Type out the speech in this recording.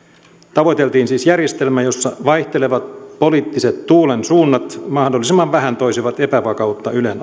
tavoiteltiin siis järjestelmää jossa vaihtelevat poliittiset tuulensuunnat mahdollisimman vähän toisivat epävakautta ylen